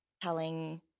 telling